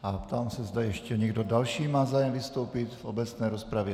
A ptám se, zda ještě někdo další má zájem vystoupit v obecné rozpravě.